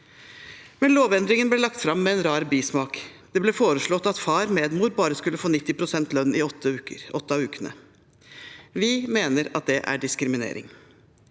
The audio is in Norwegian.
mor. Lovendringen ble lagt fram med en rar bismak. Det ble foreslått at far/medmor bare skulle få 90 pst. lønn i åtte av ukene. Vi mener at det er diskriminering.